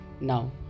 Now